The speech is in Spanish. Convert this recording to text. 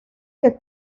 que